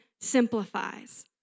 simplifies